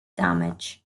damage